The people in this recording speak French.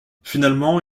finalement